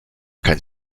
kein